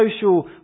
social